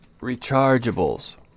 rechargeables